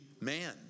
man